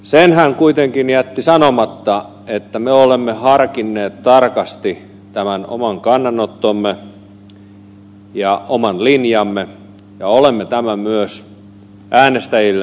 sen hän kuitenkin jätti sanomatta että me olemme harkinneet tarkasti tämän oman kannanottomme ja oman linjamme ja olemme tämän myös äänestäjillemme sanoneet